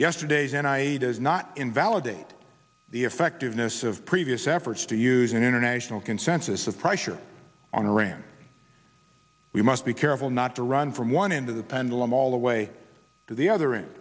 yesterdays and i does not invalidate the effectiveness of previous efforts to use an international consensus of pressure on iran we must be careful not to run from one end of the pendulum all the way to the other and